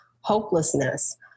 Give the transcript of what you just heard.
hopelessness